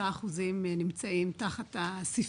23% נמצאים תחת הסבסוד.